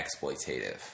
exploitative